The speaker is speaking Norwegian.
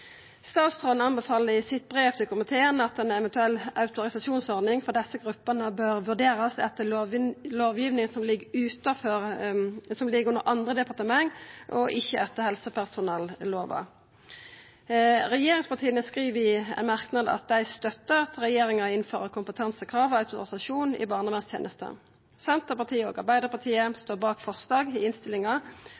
Statsråden anbefaler i sitt brev til komiteen at ei eventuell autorisasjonsordning for desse gruppene bør vurderast etter lovgiving som ligg under andre departement, og ikkje etter helsepersonellova. Regjeringspartia skriv i ein merknad at dei støttar at regjeringa innfører kompetansekrav og autorisasjon i barnevernstenesta. Senterpartiet og Arbeidarpartiet